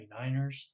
49ers